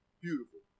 Beautiful